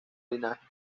linaje